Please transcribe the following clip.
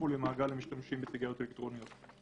למעגל המשתמשים בסיגריות אלקטרוניות.